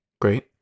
Great